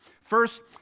First